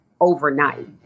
overnight